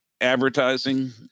advertising